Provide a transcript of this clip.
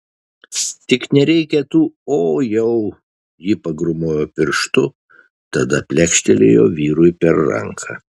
tik nereikia tų o jau ji pagrūmojo pirštu tada plekštelėjo vyrui per ranką